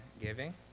giving